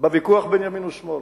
בוויכוח בין ימין ושמאל,